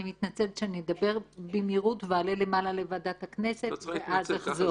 אני מתנצלת שאני אדבר במהירות ואעלה למעלה לוועדת הכנסת ואז אחזור.